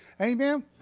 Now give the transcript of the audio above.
Amen